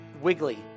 wiggly